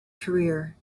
career